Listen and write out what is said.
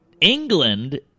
England